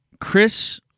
Chris